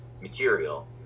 material